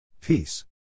Peace